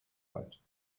alt